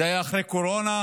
זה היה אחרי קורונה,